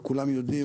וכולם יודעים,